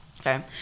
Okay